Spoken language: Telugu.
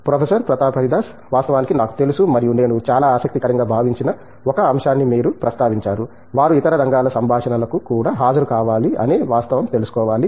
ప్రొఫెసర్ ప్రతాప్ హరిదాస్ వాస్తవానికి నాకు తెలుసు మరియు నేను చాలా ఆసక్తికరంగా భావించిన ఒక అంశాన్ని మీరు ప్రస్తావించారు వారు ఇతర రంగాల సంభాషణలకు కూడా హాజరు కావాలి అనే వాస్తవం తెలుసుకోవాలి